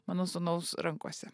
mano sūnaus rankose